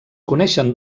coneixen